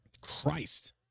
Christ